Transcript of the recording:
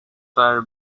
were